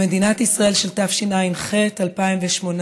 במדינת ישראל של תשע"ח, 2018,